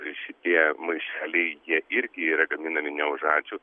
visi tie maišeliai jie irgi yra gaminami ne už ačiū